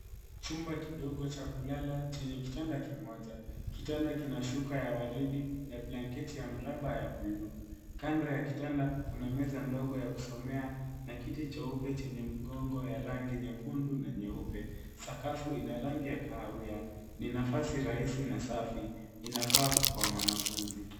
Chumba kidogo cha kulala chenye kitanda kimoja. Kitanda kimefunikwa shuka ya waridi na blanketi yenye michirizi ya buluu. Kando ya kitanda kuna meza ndogo ya kusomea na kiti cheupe chenye mgongo wa rangi ya kundu na nyeupe. Sakafu ina rangi ya kahawia. Ni nafasi rahisi na safi, inayofaa kwa mwanafunzi.